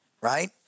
right